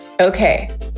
Okay